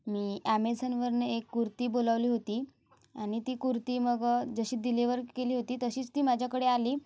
मी ॲमेझानवरनं एक कुर्ती बोलावली होती आणि ती कुर्ती मग जशी डिलिव्हर केली होती तशीच ती माझ्याकडे आली